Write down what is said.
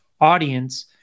audience